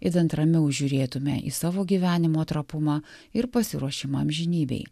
idant ramiau žiūrėtume į savo gyvenimo trapumą ir pasiruošimą amžinybei